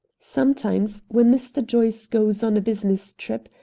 sometimes, when mr. joyce goes on a business trip,